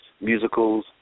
musicals